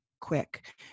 quick